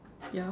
ya